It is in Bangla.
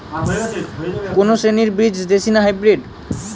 কোন শ্রেণীর বীজ দেশী না হাইব্রিড?